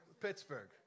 Pittsburgh